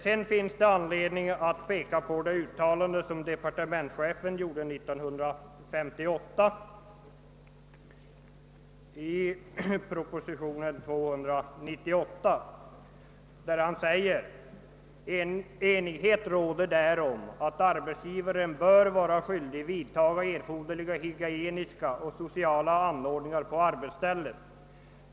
Vidare finns det anledning att peka på ett uttalande som departementschefen gjorde i proposition nr 298 till 1948 års riksdag: »Enighet råder därom att arbetsgivaren bör vara skyldig vidtaga erforderliga hygieniska och sociala anordningar på arbetsstället.